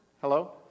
Hello